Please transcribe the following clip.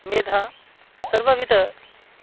मेधा सर्वविधं